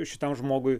šitam žmogui